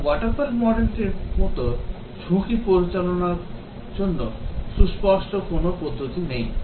এবং waterfall modelটির মতো ঝুঁকি পরিচালনার জন্য সুস্পষ্ট কোনও পদ্ধতি নেই